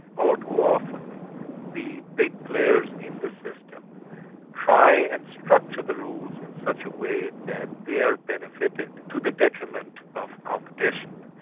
all too often the big players in the system try and structure the rules in such a way that they're benefited, to the detriment of competition,